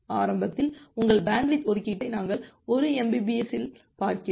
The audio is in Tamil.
ஆரம்பத்தில் உங்கள் பேண்ட்வித் ஒதுக்கீட்டை நாங்கள் 1 mbpsஸில் பார்க்கிறோம்